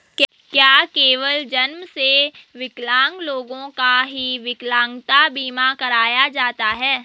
क्या केवल जन्म से विकलांग लोगों का ही विकलांगता बीमा कराया जाता है?